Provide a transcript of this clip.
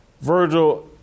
Virgil